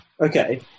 Okay